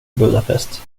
budapest